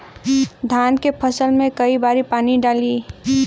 धान के फसल मे कई बारी पानी डाली?